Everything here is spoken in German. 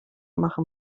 machen